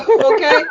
Okay